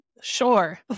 sure